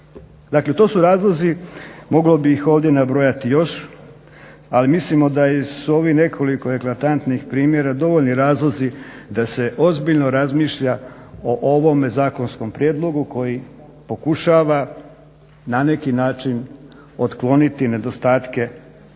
Dakle, to su razlozi, mogao bih ih ovdje nabrojati još, ali mislimo da je, da su ovih nekoliko eklatantnih primjera dovoljni razlozi da se ozbiljno razmišlja o ovome zakonskom prijedlogu koji pokušava na neki način otkloniti nedostatke o